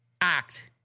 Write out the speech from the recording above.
act